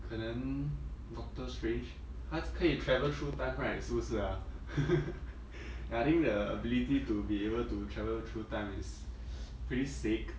可能 doctor strange 他是可以 travel through time right 是不是 ah ya I think the ability to be able to travel through time is pretty sick